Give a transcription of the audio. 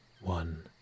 one